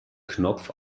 knopf